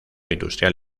industrial